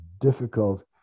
difficult